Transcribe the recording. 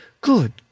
good